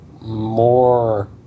more